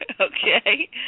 Okay